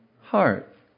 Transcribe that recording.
heart